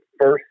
first